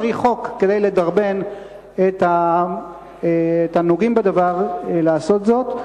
צריך חוק כדי לדרבן את הנוגעים בדבר לעשות זאת.